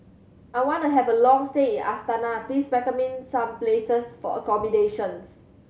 I want to have a long stay in Astana please recommend me some places for accommodation